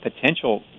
potential